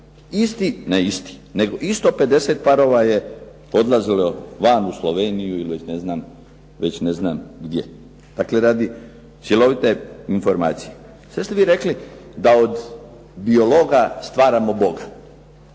isti, ne isti nego isto 50 parova je odlazilo van u Sloveniju ili ne znam, već ne znam gdje. Dakle, radi cjelovite informacije. Sad ste vi rekli da od biologa stvaramo Boga.